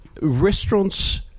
Restaurants